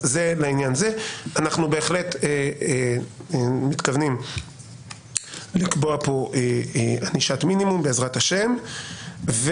אנחנו בהחלט מתכוונים לקבוע כאן ענישת מינימום בעזרת השם.